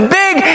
big